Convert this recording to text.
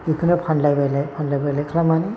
बेखौनो फानलाय बायलाय फानलाय बायलाय खालामनानै